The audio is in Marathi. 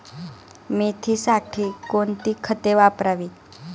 मेथीसाठी कोणती खते वापरावी?